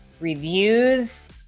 Reviews